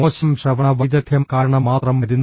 മോശം ശ്രവണ വൈദഗ്ദ്ധ്യം കാരണം മാത്രം വരുന്നു